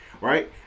Right